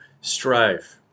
strive